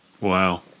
Wow